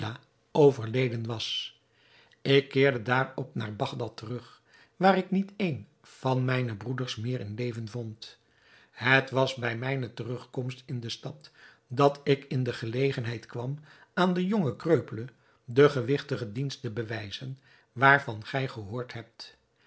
overleden was ik keerde daarop naar bagdad terug waar ik niet een van mijne broeders meer in leven vond het was bij mijne terugkomst in deze stad dat ik in de gelegenheid kwam aan den jongen kreupele de gewigtige dienst te bewijzen waarvan gij gehoord hebt